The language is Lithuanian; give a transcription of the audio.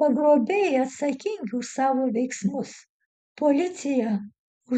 pagrobėjai atsakingi už savo veiksmus policija